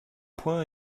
point